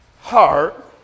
heart